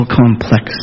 complex